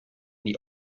die